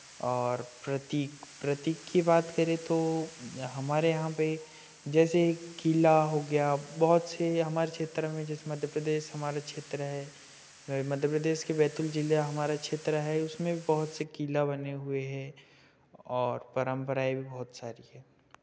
और प्रतीक प्रतीक की बात करें तो हमारे यहाँ पे जैसे एक किला हो गया बहुत से हमारे क्षेत्र में जैसे मध्य प्रदेश हमारा क्षेत्र हैं मध्य प्रदेश के बैतुल जिला हमारा क्षेत्र है उसमें भी बहुत से किला बने हुए हैं और परंपराएँ भी बहुत सारी हैं